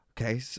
Okay